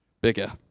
bigger